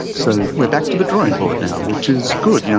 so we are back to the drawing board now, which is good. yeah